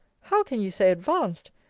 how can you say advanced?